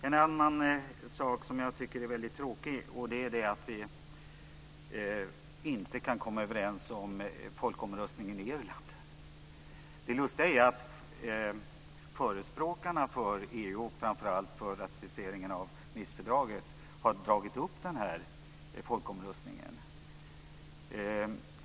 En annan sak som jag tycker är väldigt tråkig är att vi inte kan komma överens om folkomröstningen i Irland. Det lustiga är att förespråkarna för EU och framför allt för ratificeringen av Nicefördraget har tagit upp frågan om folkomröstningen.